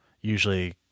usually